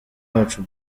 wacu